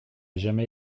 jamais